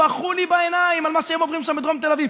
בכו לי בעיניים על מה שהם עוברים שם בדרום תל אביב.